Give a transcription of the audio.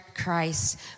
Christ